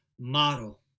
model